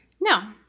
No